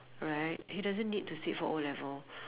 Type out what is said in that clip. right he doesn't need to sit for O-level